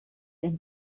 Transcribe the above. ein